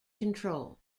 control